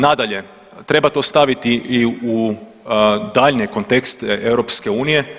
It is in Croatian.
Nadalje, treba to staviti i u daljnje kontekste EU.